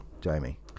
Jamie